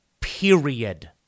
period